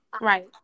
Right